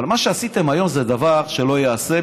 אבל מה שעשיתם היום זה דבר שלא ייעשה,